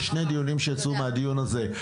יש שני דיונים שיצאו מהדיון הזה,